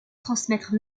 transmettre